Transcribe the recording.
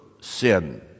sin